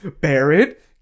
Barrett